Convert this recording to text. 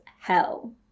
hell